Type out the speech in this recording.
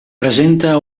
presenta